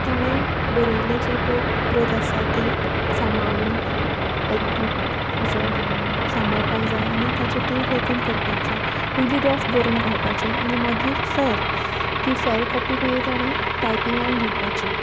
ताणें बरयल्लें जें पळय प्रत आसा ती सामाळून एक बूक असो सामाळपाक जाय आनी ताचेर तें लेखन करपाक जाय पयलीं रफ बरोवन काडपाचें आनी मागीर फेर ती फेर कॉपी मागीर ताणें टायपिंगांक दिवपाची